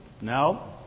no